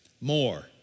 More